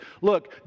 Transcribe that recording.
look